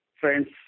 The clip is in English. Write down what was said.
friends